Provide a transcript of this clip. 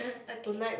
okay